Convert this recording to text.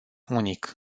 unic